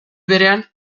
berean